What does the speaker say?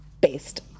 based